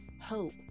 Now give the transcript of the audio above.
hope